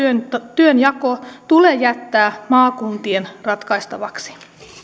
työnjako tulee jättää maakuntien ratkaistavaksi